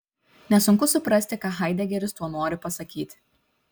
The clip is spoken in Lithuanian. nesunku suprasti ką haidegeris tuo nori pasakyti